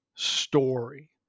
story